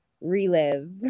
relive